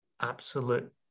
absolute